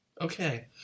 Okay